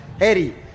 eddie